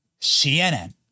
CNN